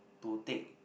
to take